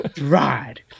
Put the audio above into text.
ride